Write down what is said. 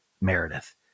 Meredith